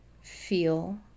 Feel